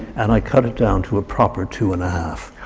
and i cut it down to a proper two and a half.